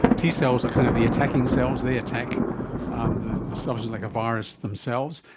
t cells are kind of the attacking cells, they attack um the the substance like a virus themselves,